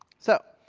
so